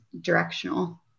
directional